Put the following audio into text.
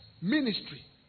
ministry